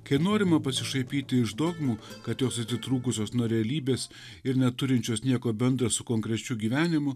kai norima pasišaipyti iš dogmų kad jos atitrūkusios nuo realybės ir neturinčios nieko bendra su konkrečiu gyvenimu